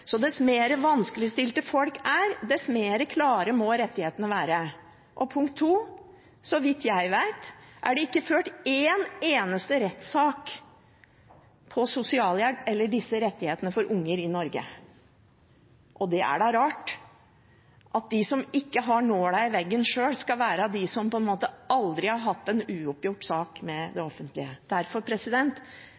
Så dess mer vanskeligstilt folk er, dess klarere må rettighetene være. Punkt to: Så vidt jeg vet, er det ikke ført en eneste rettssak om sosialhjelp eller disse rettighetene for unger i Norge. Og det er da rart at de som ikke har nåla i veggen sjøl, skal være de som aldri har hatt en uoppgjort sak med det